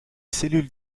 cellules